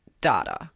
data